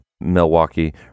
Milwaukee